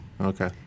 Okay